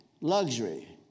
luxury